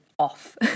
off